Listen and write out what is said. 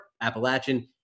Appalachian